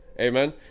Amen